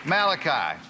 Malachi